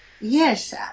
yes